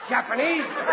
Japanese